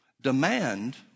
demand